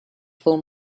film